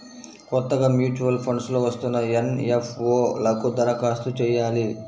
కొత్తగా mutual funds లో వస్తున్న ఎన్.ఎఫ్.ఓ లకు దరఖాస్తు చెయ్యాలి